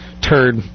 turd